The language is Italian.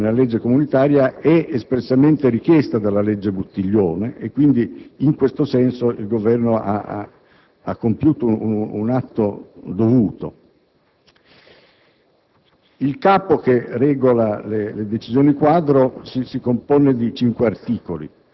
L'inserzione di disposizioni in materia di giustizia nella legge comunitaria è espressamente richiesta dalla legge Buttiglione. In tal senso, il Governo ha compiuto un atto dovuto.